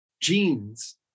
genes